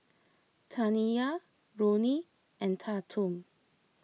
Taniyah Ronnie and Tatum